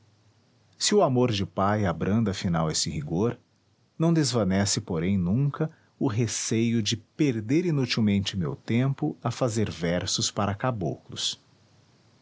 se o amor de pai abranda afinal esse rigor não desvanece porém nunca o receio de perder inutilmente meu tempo a fazer versos para caboclos